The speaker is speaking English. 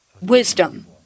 wisdom